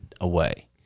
away